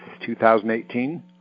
2018